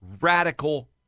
radical